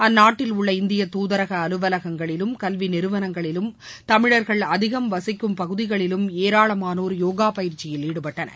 அந்நாட்டில் உள்ள இந்திய தூதரக அலுவலகங்களிலும் கல்வி நிறுவனங்களிலும் தமிழர்கள் அதிகம் வசிக்கும் பகுதிகளிலும் ஏராளமானோர் யோகா பயிற்சியில் ஈடுபட்டனர்